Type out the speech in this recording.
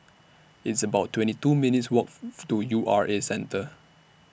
It's about twenty two minutes' Walk to U R A Centre